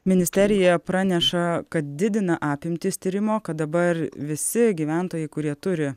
ministerija praneša kad didina apimtis tyrimo kad dabar visi gyventojai kurie turi